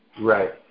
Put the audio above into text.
Right